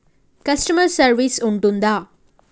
Customer service ఉంటుందా?